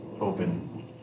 open